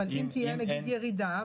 אבל אם תהיה נגיד ירידה,